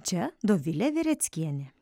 čia dovilė vereckienė